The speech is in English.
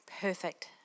perfect